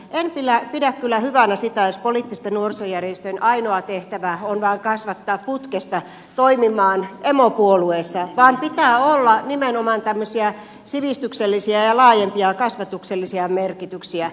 en pidä kyllä hyvänä sitä jos poliittisten nuorisojärjestöjen ainoa tehtävä on vain kasvattaa putkesta toimimaan emopuolueessa vaan pitää olla nimenomaan tämmöisiä sivistyksellisiä ja laajempia kasvatuksellisia merkityksiä